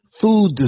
Food